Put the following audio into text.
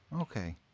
Okay